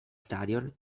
stadion